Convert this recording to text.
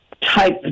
type